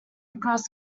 across